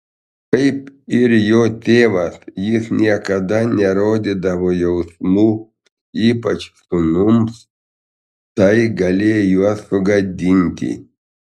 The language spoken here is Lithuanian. kaip ir jo tėvas jis niekada nerodydavo jausmų ypač sūnums tai galėjo juos sugadinti